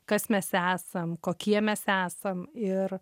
kas mes esam kokie mes esam ir